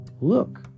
Look